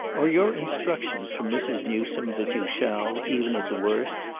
are your instructions from mrs. newsome that you shall, even at the worst,